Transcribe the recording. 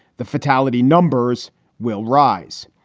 the fatality numbers will rise.